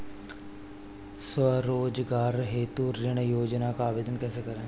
स्वरोजगार हेतु ऋण योजना का आवेदन कैसे करें?